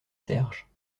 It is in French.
serge